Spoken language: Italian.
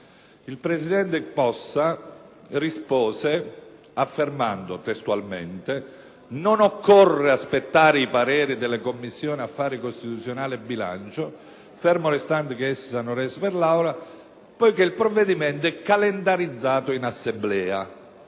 Il presidente Possa rispose affermando testualmente: «Non occorre aspettare i pareri delle Commissioni affari costituzionali e bilancio, fermo restando che essi sono resi per l'Aula, poiché il provvedimento è calendarizzato in Assemblea»